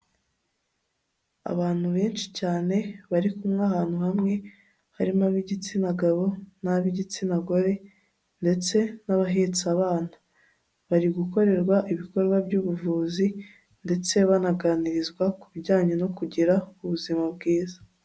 Abantu benshi cyane bari kumwe ahantu hamwe harimo ab'igitsina gabo na b'igitsina gore ndetse n'abahetse abana, bari gukorerwa ibikorwa by'ubuvuzi ndetse banaganirizwa ku bijyanye no kugira ubuzima bwiza.